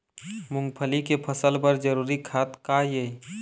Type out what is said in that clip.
मूंगफली के फसल बर जरूरी खाद का ये?